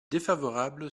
défavorable